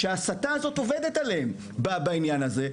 שההסתה הזאת עובדת עליהם בעניין הזה.